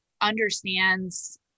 understands